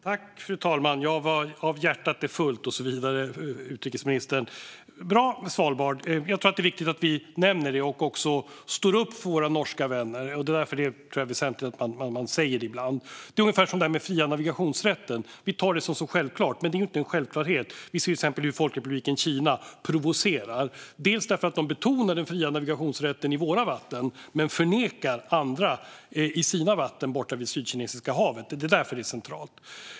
Fru talman! Av vad hjärtat är fullt och så vidare, utrikesministern. Det var ett bra svar om Svalbard. Jag tror att det är väsentligt att vi säger detta och står upp för våra norska vänner. Det är ungefär som med den fria navigationsrätten. Vi tar det som självklart, men det är ingen självklarhet. Vi ser till exempel hur Folkrepubliken Kina provocerar genom att betona den fria navigationsrätten i våra vatten men förneka andra samma rätt i sina vatten i Sydkinesiska havet. Därför är detta centralt.